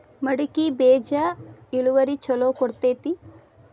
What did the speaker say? ಮಡಕಿ ಬೇಜ ಇಳುವರಿ ಛಲೋ ಕೊಡ್ತೆತಿ?